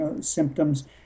symptoms